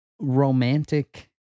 romantic